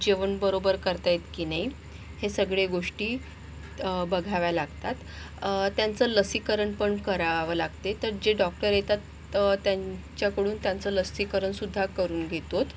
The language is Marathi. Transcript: जेवण बरोबर करतायत की नाही हे सगळे गोष्टी बघाव्या लागतात त्यांचं लसीकरण पण करावं लागते तर जे डॉक्टर येतात त्यांच्याकडून त्यांचं लसीकरणसुद्धा करून घेतोत